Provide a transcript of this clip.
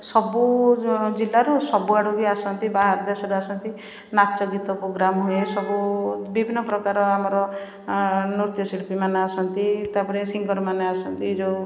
ସବୁ ଜିଲ୍ଲାରୁ ସବୁଆଡ଼ୁ ବି ଆସନ୍ତି ବାହାର ଦେଶରୁ ଆସନ୍ତି ନାଚଗୀତ ପ୍ରୋଗ୍ରାମ ହୁଏ ସବୁ ବିଭିନ୍ନ ପ୍ରକାର ଆମର ନୃତ୍ୟଶିଳ୍ପୀ ମାନେ ଆସନ୍ତି ତା'ପରେ ସିଙ୍ଗରମାନେ ଆସନ୍ତି ଯେଉଁ